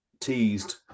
teased